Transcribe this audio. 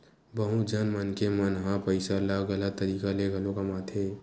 बहुत झन मनखे मन ह पइसा ल गलत तरीका ले घलो कमाथे